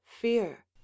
fear